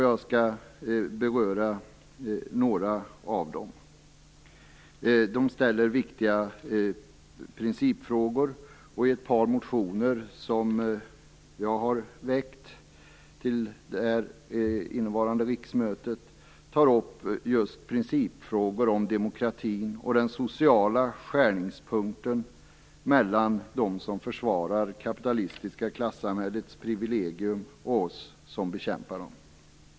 Jag skall beröra några av dem. De ställer viktiga principfrågor. I ett par motioner som jag har väckt till innevarande riksmöte tar jag upp just principfrågor om demokratin och den sociala skärningspunkten mellan dem som försvarar det kapitalistiska klassamhällets privilegier och oss som bekämpar dem.